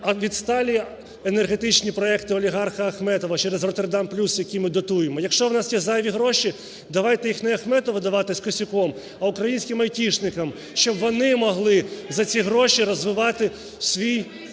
невідсталі енергетичні проекти олігарха Ахметова через "Роттердам плюс", які ми дотуємо. Якщо в нас є зайві гроші, давайте їх не Ахметову давати з Косюком, а українським айтішникам, щоб вони могли за ці гроші розвивати свій